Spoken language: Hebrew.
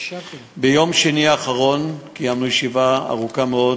ביום שני האחרון קיימנו ישיבה ארוכה מאוד